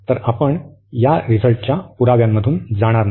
तर आपण या रिझल्टच्या पुराव्यांमधून जाणार नाही